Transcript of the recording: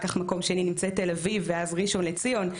מקום שני נמצאת תל אביב ואז ראשון לציון,